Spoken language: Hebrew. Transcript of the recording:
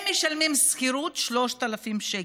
הם משלמים שכירות 3,000 שקל.